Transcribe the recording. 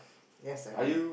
yes I'm